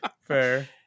Fair